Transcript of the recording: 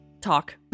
talk